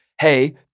Hey